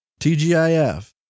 tgif